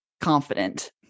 confident